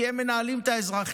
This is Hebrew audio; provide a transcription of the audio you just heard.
כי הן מנהלות את האזרחים,